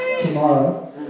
tomorrow